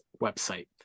website